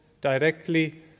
directly